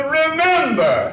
remember